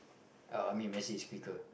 uh I mean Messi is quicker